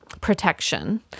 protection